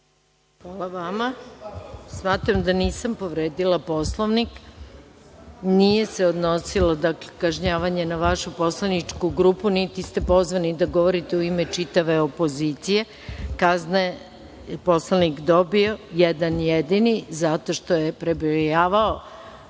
Hvala vama. Smatram da nisam povredila Poslovnik. Nije se odnosilo kažnjavanje na vašu poslaničku grupu, niti ste pozvani da govorite u ime čitave opozicije. Kaznu je poslanik dobio, jedan jedini, zato što je prebrojavao